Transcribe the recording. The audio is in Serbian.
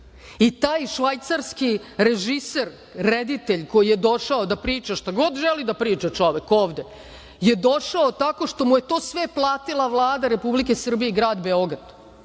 taj švajcarski režiser, reditelj koji je došao da priča šta god želi da priča, čovek, ovde, došao je toko što mu je to sve platila Vlada Republike Srbije i grad Beograd.